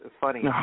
funny